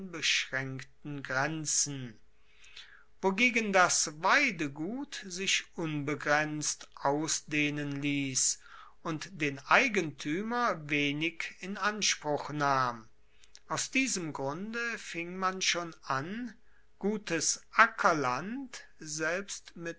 beschraenkten grenzen wogegen das weidegut sich unbegrenzt ausdehnen liess und den eigentuemer wenig in anspruch nahm aus diesem grunde fing man schon an gutes ackerland selbst